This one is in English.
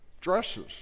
dresses